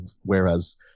whereas